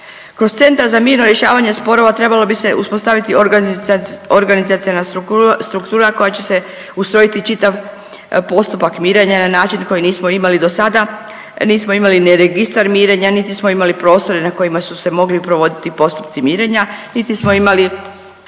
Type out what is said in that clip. Kroz Centar za mirno rješavanje sporova trebalo bi se uspostaviti organizaciona struktura koja će se ustrojiti čitav postupak mirenja na način koji nismo imali do sada, nismo imali ni registar mirenja, niti smo imali prostore na kojima su se mogli provoditi postupci mirenja, niti smo imali